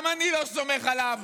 גם אני לא סומך עליו.